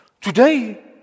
today